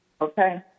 Okay